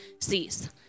sees